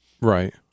Right